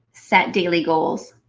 set daily goals.